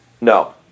No